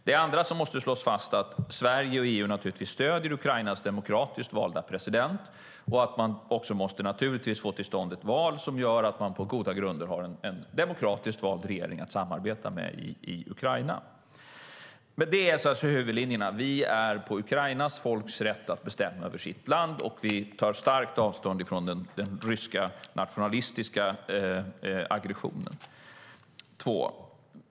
Det andra som måste slås fast är att Sverige och EU naturligtvis stöder Ukrainas demokratiskt valda president och att man måste få till stånd ett val som gör att man på goda grunder har en demokratiskt vald regering i Ukraina att samarbeta med. Det är huvudlinjerna. Vi är för Ukrainas folks rätt att bestämma över sitt land, och vi tar starkt avstånd från den ryska nationalistiska aggressionen.